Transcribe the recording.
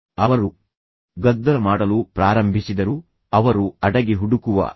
ಅವರು ಗದ್ದಲ ಮಾಡಲು ಪ್ರಾರಂಭಿಸಿದರು ಅವರು ಅಡಗಿ ಹುಡುಕುವ ಆಟ ಆಡಲು ಪ್ರಾರಂಭಿಸಿದರು